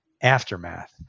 aftermath